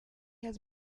has